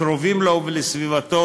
לקרובים לו ולסביבתו,